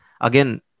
again